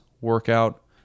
workout